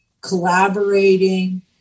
collaborating